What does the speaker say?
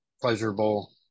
pleasurable